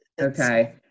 Okay